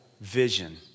vision